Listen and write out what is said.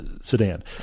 sedan